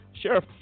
Sheriff